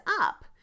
up